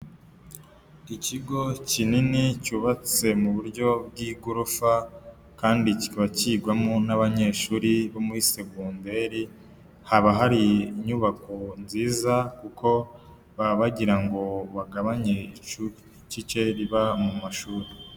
Ikigo kinini cyubatse mu buryo bw'igorofa, kandi kiba kigwamo n'abanyeshuri bo muri segonderi. Haba hari inyubako nziza kuko baba bagirango bagabanye ubucukike buba mu mashuri.